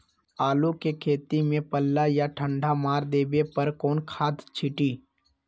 आलू के खेत में पल्ला या ठंडा मार देवे पर कौन खाद छींटी?